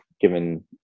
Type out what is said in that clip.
given